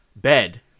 bed